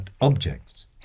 objects